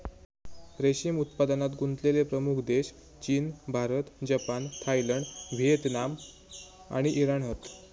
रेशीम उत्पादनात गुंतलेले प्रमुख देश चीन, भारत, जपान, थायलंड, व्हिएतनाम आणि इराण हत